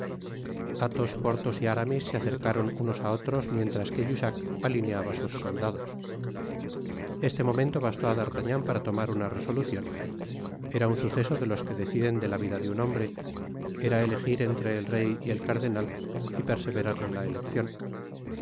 athos porthos y aramis se acercaron unos á otros mientras que jussac alineaba sus soldados este momento bastó á d'artagnan para tomar una resolucion era un suceso de los que deciden de la vida de un hombre eraelejir entre el rey y el cardenal y perseverar en la eleccion